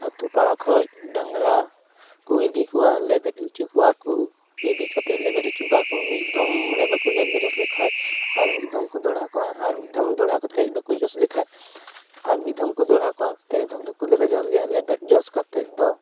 ᱟᱹᱛᱩ ᱯᱟᱲᱟ ᱠᱷᱚᱱ ᱰᱟᱝᱨᱟ ᱠᱚ ᱤᱫᱤ ᱠᱚᱣᱟ ᱞᱮᱵᱮᱫ ᱦᱚᱪᱚ ᱠᱚᱣᱟ ᱠᱚ ᱤᱫᱤ ᱠᱟᱛᱮᱫ ᱞᱮᱵᱮᱫ ᱦᱚᱪᱚ ᱠᱚᱣᱟ ᱠᱚ ᱢᱤᱫ ᱫᱷᱚᱢ ᱨᱮ ᱵᱟᱠᱚ ᱞᱮᱵᱮᱫ ᱦᱚᱫ ᱞᱮᱠᱷᱟᱡ ᱟᱨ ᱢᱤᱫ ᱫᱷᱚᱢ ᱠᱚ ᱫᱚᱦᱲᱟ ᱠᱚᱣᱟ ᱟᱨ ᱢᱤᱫ ᱫᱚᱢ ᱫᱚᱦᱲᱟ ᱠᱟᱛᱮᱫ ᱵᱟᱠᱚ ᱡᱚᱥ ᱞᱮᱠᱷᱟᱡ ᱟᱨ ᱢᱤᱫ ᱫᱷᱚᱢ ᱞᱮ ᱫᱚᱦᱲᱟ ᱠᱚᱣᱟ ᱯᱮ ᱫᱷᱚᱢ ᱫᱚᱠᱚ ᱞᱮᱵᱮᱫ ᱡᱚᱥ ᱜᱮᱭᱟ ᱞᱮᱵᱮᱫ ᱡᱚᱥ ᱠᱟᱛᱮᱫ ᱫᱚ